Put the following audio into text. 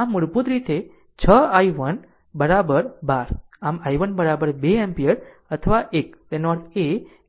આમ મૂળભૂત રીતે 6 i1 12 આમ i1 2 એમ્પીયર અથવા આ એક તેનો અર્થ છે